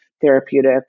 therapeutic